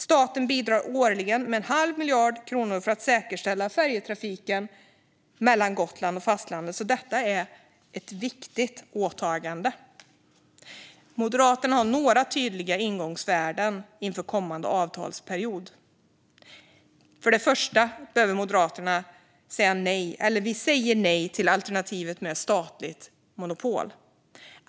Staten bidrar årligen med en halv miljard kronor för att säkerställa färjetrafiken mellan Gotland och fastlandet, så detta är ett viktigt åtagande. Moderaterna har några tydliga ingångsvärden inför kommande avtalsperiod: För det första säger Moderaterna nej till alternativet med statligt monopol.